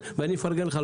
ואני מפרגן לך,